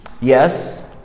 Yes